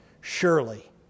surely